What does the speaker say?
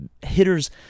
hitters